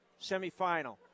semifinal